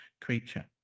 creature